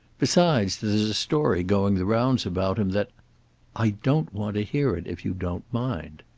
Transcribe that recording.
besides, there's a story going the rounds about him, that i don't want to hear it, if you don't mind.